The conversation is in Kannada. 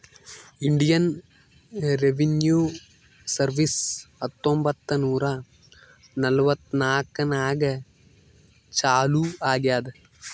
ಇಂಡಿಯನ್ ರೆವಿನ್ಯೂ ಸರ್ವೀಸ್ ಹತ್ತೊಂಬತ್ತ್ ನೂರಾ ನಲ್ವತ್ನಾಕನಾಗ್ ಚಾಲೂ ಆಗ್ಯಾದ್